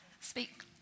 Speak